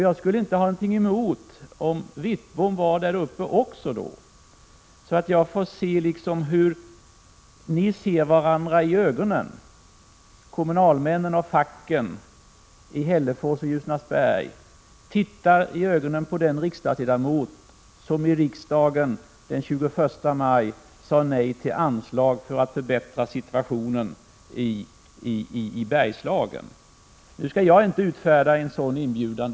Jag skulle inte ha någonting emot att Bengt Wittbom också var där då, så att jag får iaktta hur han ser kommunalmännen och fackrepresentanterna i ögonen och hur de ser på den riksdagsman i riksdagen som den 21 maj sade nej till anslag för att förbättra situationen i Bergslagen. Jag kan förstås inte utfärda en inbjudan.